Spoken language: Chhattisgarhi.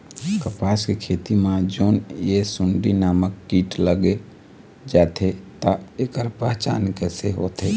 कपास के खेती मा जोन ये सुंडी नामक कीट लग जाथे ता ऐकर पहचान कैसे होथे?